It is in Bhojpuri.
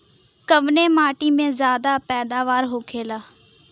कवने मिट्टी में ज्यादा पैदावार होखेला?